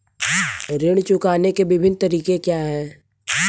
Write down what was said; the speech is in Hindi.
ऋण चुकाने के विभिन्न तरीके क्या हैं?